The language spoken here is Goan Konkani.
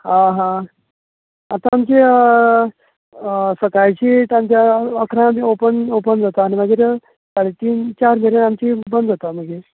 आं हां आता आमचें सकाळची टायमार अकरांक बी ओपन ओपन जाता आनी मागीर साडेतीन चार मेरेन आमची बंद जाता मागीर